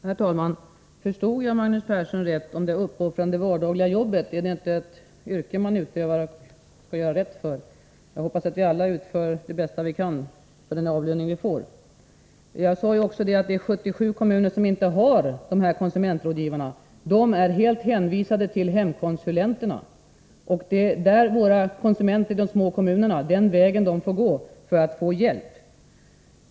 Herr talman! Förstod jag Magnus Persson rätt när han talade om det uppoffrande vardagliga jobbet — är det inte ett yrke man utövar, och skall man inte göra rätt för sig? Jag hoppas att vi alla gör det bästa vi kan för den avlöning vi får. Jag sade att det är 77 kommuner som inte har konsumentrådgivare. De är helt hänvisade till hemkonsulenterna. Det är den vägen konsumenterna i de små kommunerna får gå för att få hjälp.